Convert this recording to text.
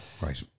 Right